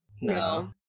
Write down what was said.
No